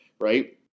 right